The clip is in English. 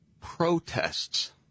protests